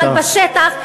אבל בשטח,